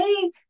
Hey